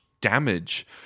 damage